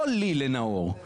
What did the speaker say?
לא לי לנאור,